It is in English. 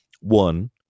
one